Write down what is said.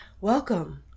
Welcome